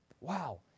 Wow